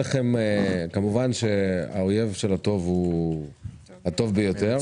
כמובן האויב של הטוב הוא הטוב ביותר,